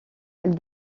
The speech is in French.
elle